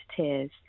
tears